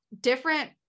different